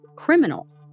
Criminal